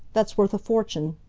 that's worth fortune.